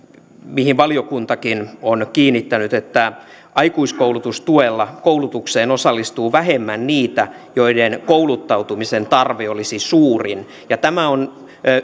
mihin valiokuntakin on kiinnittänyt että aikuiskoulutustuella koulutukseen osallistuu vähemmän niitä joiden kouluttautumisen tarve olisi suurin tämä on